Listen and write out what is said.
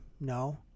No